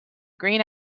green